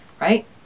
right